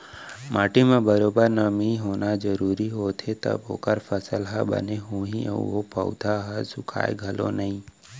माटी म बरोबर नमी होना जरूरी होथे तव ओकर फसल ह बने होही अउ ओ पउधा ह सुखाय घलौ नई